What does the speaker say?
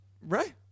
right